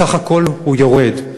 יורד,